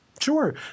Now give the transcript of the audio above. Sure